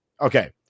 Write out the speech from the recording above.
Okay